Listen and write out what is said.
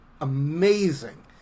amazing